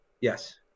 Yes